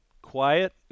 quiet